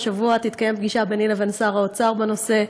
השבוע תתקיים פגישה ביני לבין שר האוצר בנושא.